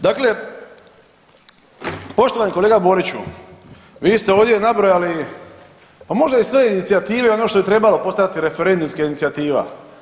Dakle poštovani kolega Boriću vi ste ovdje nabrojali pa možda i sve one inicijative i ono što je trebala postojati referendumska inicijativa.